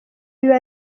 biba